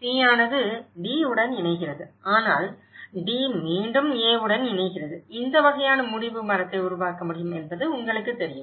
C ஆனது D உடன் இணைகிறது ஆனால் D மீண்டும் A உடன் இணைகிறது இந்த வகையான முடிவு மரத்தை உருவாக்க முடியும் என்பது உங்களுக்குத் தெரியும்